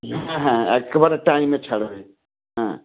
হ্যাঁ হ্যাঁ এককেবারে টাইমে ছাড়বে হ্যাঁ